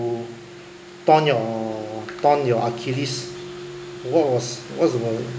you torn your torn your achilles what was what's your